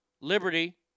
liberty